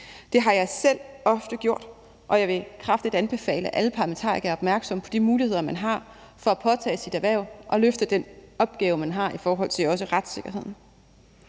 Det har jeg selv ofte gjort, og jeg vil kraftigt anbefale alle parlamentarikere at være opmærksom på de muligheder, man har for at påtage sit erhverv og løfte den opgave, man også har i forhold til retssikkerheden.